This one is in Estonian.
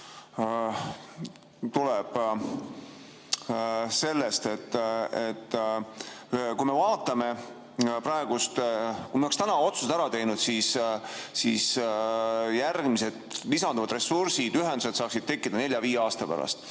tuleb sellest, et kui me vaatame praegust [seisu], siis kui me oleks täna otsused ära teinud, siis järgmised lisanduvad ressursid, ühendused saaksid tekkida nelja‑viie aasta pärast.